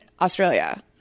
Australia